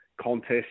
contest